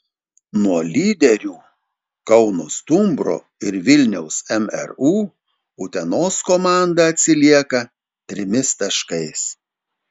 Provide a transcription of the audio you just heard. nuo lyderių kauno stumbro ir vilniaus mru utenos komanda atsilieka trimis taškais